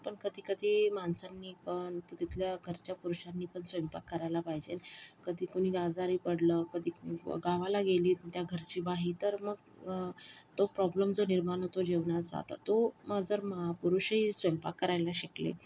पण कधी कधी माणसांनी पण तिथल्या घरच्या पुरुषांनी पण स्वयंपाक करायला पाहिजे कधी कोणी आजारी पडलं कधी गावाला गेली त्या घरची बाई तर मग तो प्रॉब्लम जो निर्माण होतो जेवणाचा तर तो जर पुरुषही स्वयंपाक करायला शिकले